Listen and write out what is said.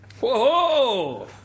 Whoa